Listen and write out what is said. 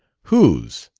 whose?